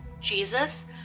Jesus